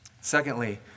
Secondly